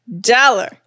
Dollar